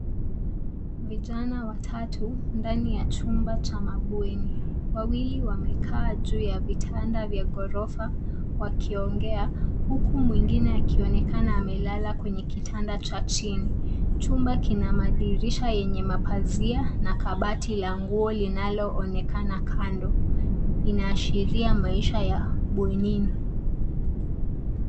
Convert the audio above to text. Vijana watatu ndani ya chumba cha mabweni, wawili wamekaa juu ya vitanda vya ghorofa wakiongea, huku mwingine aki onekana amelala kwenye kitanda cha chini. Chumba kina madirisha yenye mapazia na kabati la nguo linaloonekana kando, linaashiria maisha ya bwenini.